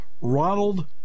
Ronald